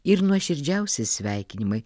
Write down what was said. ir nuoširdžiausi sveikinimai